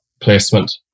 placement